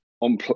on